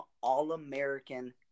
All-American